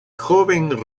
joven